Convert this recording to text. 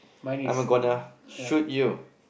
I am gonna shoot you